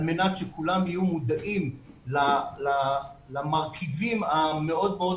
על מנת שכולם יהיו מודעים למרכיבים המאוד מאוד